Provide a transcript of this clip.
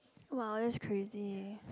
!wow! that's crazy